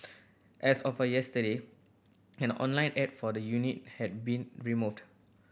as of yesterday an online ad for the unit had been removed